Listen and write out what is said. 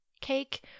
cake